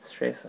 stress ah